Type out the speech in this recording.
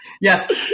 Yes